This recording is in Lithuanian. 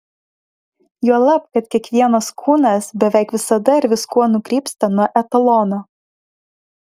juolab kad kiekvienas kūnas beveik visada ir viskuo nukrypsta nuo etalono